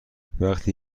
وقتی